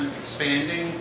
expanding